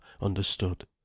understood